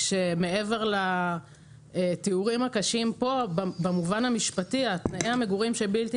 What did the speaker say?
ומעבר לתיאורים הקשים פה במובן המשפטי תנאי המגורים הבלתי